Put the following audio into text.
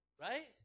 Right